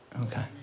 Okay